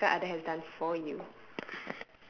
your significant other has done for you